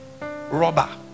rubber